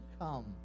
come